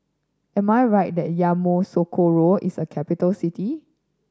am I right that Yamoussoukro is a capital city